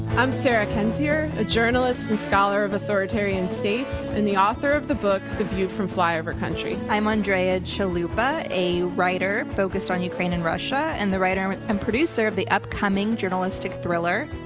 i'm sarah kendzior a journalist and scholar of authoritarian states and the author of the book, the view from flyover country. i'm andrea chalupa, a writer focused on ukraine and russia and the writer and producer of the upcoming journalistic thriller,